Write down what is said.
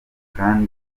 kandi